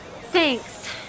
Thanks